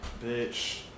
Bitch